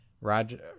Roger